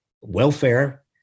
welfare